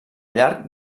llarg